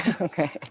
Okay